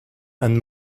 and